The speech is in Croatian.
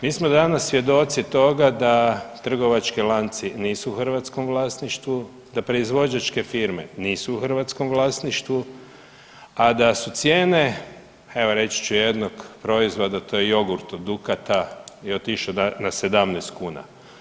Mi smo danas svjedoci toga da trgovački lanci nisu u hrvatskom vlasništvu, da proizvođačke firme nisu u hrvatskom vlasništvu, a da su cijene evo reći ću jednog proizvoda to je jogurt od Dukata je otišao na 17 kuna.